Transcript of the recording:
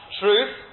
truth